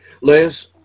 Liz